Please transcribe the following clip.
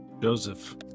Joseph